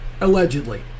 Allegedly